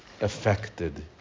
affected